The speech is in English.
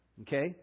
Okay